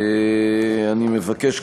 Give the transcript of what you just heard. אני מבקש,